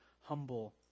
humble